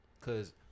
cause